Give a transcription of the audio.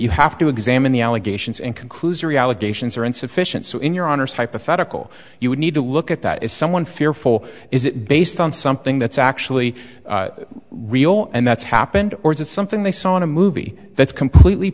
you have to examine the allegations and conclusory allegations are insufficient so in your honour's hypothetical you would need to look at that is someone fearful is it based on something that's actually real and that's happened or is it something they saw in a movie that's completely